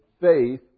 faith